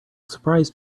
surprise